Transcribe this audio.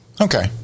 Okay